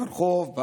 ברחוב?